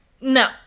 no